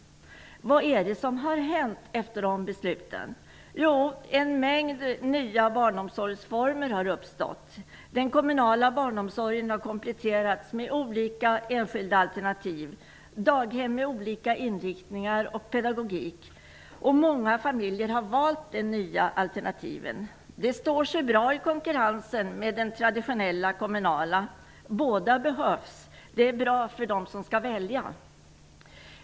Vad är det som har hänt efter de besluten? Jo, en mängd nya barnomsorgsformer har uppstått. Den kommunala barnomsorgen har kompletterats med olika enskilda alternativ. Det har uppstått daghem med olika inriktningar och olika pedagogik. Många familjer har valt de nya alternativen. De står sig bra i konkurrensen med den traditionella kommunala barnomsorgen -- båda behövs. Det är bra för dem som skall välja.